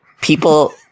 people